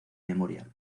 memorial